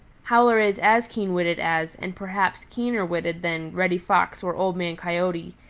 howler is as keen-witted as, and perhaps keener-witted than, reddy fox or old man coyote,